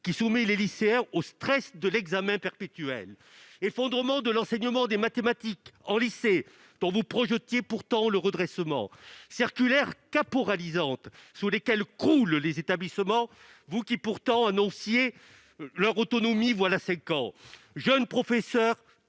qui soumet les lycéens au stress de l'examen perpétuel ; effondrement de l'enseignement des mathématiques au lycée, dont vous projetiez pourtant le redressement ; circulaires caporalisantes sous lesquelles croulent les établissements, alors qu'il y a cinq ans vous annonciez leur autonomie ; jeunes professeurs